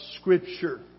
Scripture